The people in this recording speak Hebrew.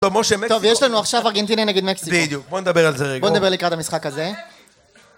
טוב יש לנו עכשיו ארגנטינה נגד מקסיקו. בדיוק. בוא נדבר על זה רגע. בוא נדבר לקראת המשחק הזה